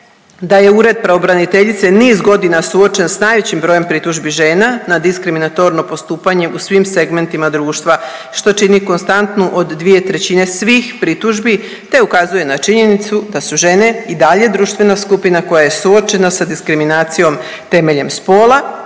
da je Ured pravobraniteljice niz godina suočen s najvećim brojem pritužbi žena na diskriminatorno postupanje u svim segmentima društva što čini konstantnu od 2/3 svih pritužbi te ukazuje na činjenicu da su žene i dalje društvena skupina koja je suočena sa diskriminacijom temeljem spola,